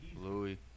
Louis